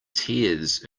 tears